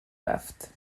رفت